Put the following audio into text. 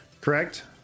correct